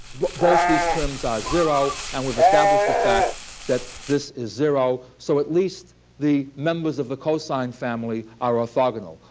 both these terms are zero. and we've established the fact that this is zero. so at least the members of the cosine family are orthogonal.